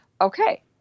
okay